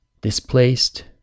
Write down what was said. displaced